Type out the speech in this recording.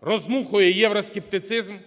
роздмухує євроскептицизм,